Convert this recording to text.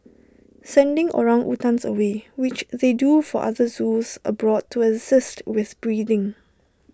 sending orangutans away which they do for other zoos abroad to assist with breeding